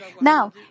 Now